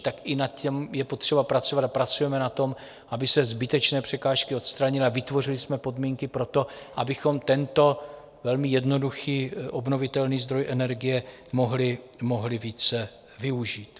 Tak i na tom je potřeba pracovat a pracujeme na tom, aby se zbytečné překážky odstranily a vytvořili jsme podmínky pro to, abychom tento velmi jednoduchý obnovitelný zdroj energie mohli více využít.